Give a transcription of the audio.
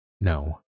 No